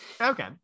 Okay